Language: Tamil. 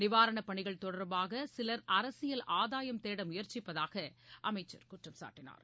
நிவாரணப் பணிகள் தொடர்பாக சிலர் அரசியல் ஆதாயம் தேட முயற்சிப்பதாக அமைச்சர் குற்றம் சாட்டினார்